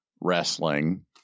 wrestling